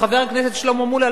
וחבר הכנסת שלמה מולה,